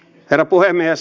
herra puhemies